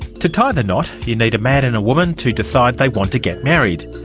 to tie the knot you need a man and a woman to decide they want to get married.